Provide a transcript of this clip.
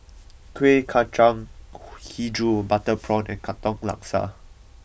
Kuih Kacang HiJau Butter Prawn and Katong Laksa